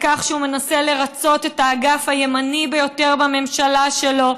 בכך שהוא מנסה לרצות את האגף הימני ביותר בממשלה שלו,